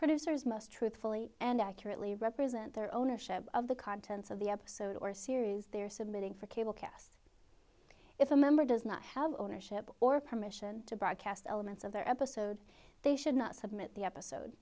producers must truthfully and accurately represent their ownership of the contents of the episode or series they are submitting for cable casts if a member does not have ownership or permission to broadcast elements of their episode they should not submit the episode